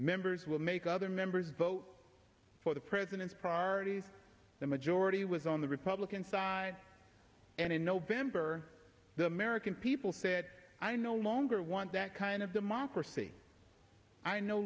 members will make other members vote for the president's priorities the majority was on the republican side and in november the american people said i no longer want that kind of democracy i no